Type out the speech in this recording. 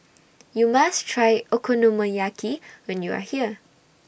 YOU must Try Okonomiyaki when YOU Are here